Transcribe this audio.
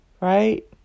Right